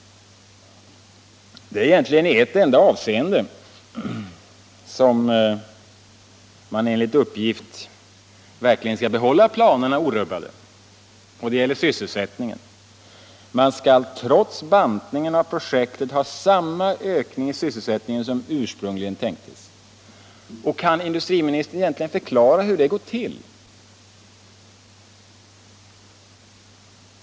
Det är egentligen i ett enda avseende som man enligt uppgift verkligen skall behålla planerna orubbade, och det gäller sysselsättningen. Man skall trots bantningen av projektet ha samma ökning i sysselsättningen som ursprungligen tänktes. Kan industriministern förklara hur det går till?